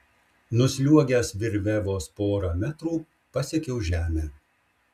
nusliuogęs virve vos porą metrų pasiekiau žemę